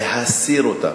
אריה אלדד,